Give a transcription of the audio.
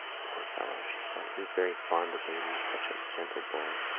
poor fellow, she said. he was very fond of me and he was such a gentle boy.